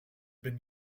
been